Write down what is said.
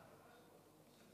גברתי היושבת בראש,